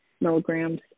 milligrams